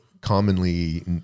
commonly